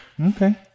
Okay